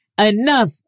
enough